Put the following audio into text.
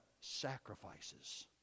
sacrifices